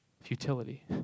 Futility